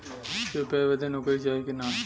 UPI बदे नौकरी चाही की ना?